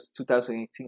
2018